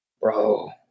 Bro